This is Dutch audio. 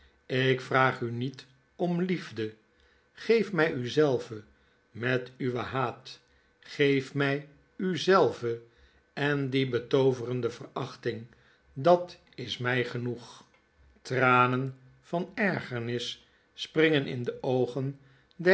ik vraag unietom liefde geef mij u zelve met uwen haat geef mij u zelve en die betooverende verachting dat is my genoeg tw w um eene schaduw op den zonnewijzer j r tranen van ergernis springen in de oogen